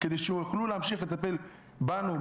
כדי שיוכלו להמשיך לטפל בנו,